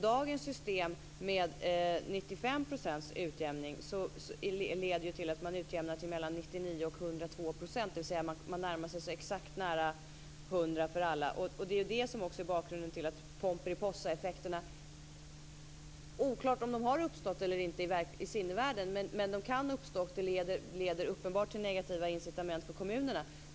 Dagens system med 95 % utjämning leder till att man utjämnar mellan 99 och 102 %, dvs. man närmar sig 100 % för alla. Det är det som är bakgrunden till att det är oklart om Pomperipossaeffekterna har uppstått i sinnevärlden. De kan uppstå, och de leder uppenbart till negativa incitament för kommunerna.